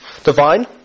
divine